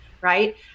right